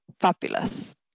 Fabulous